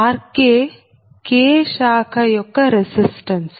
RK K శాఖ యొక్క resistance